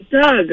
Doug